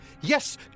Yes